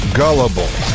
gullible